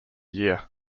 year